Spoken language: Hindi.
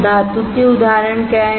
धातु के उदाहरण क्या हैं